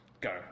go